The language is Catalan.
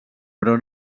però